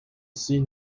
seen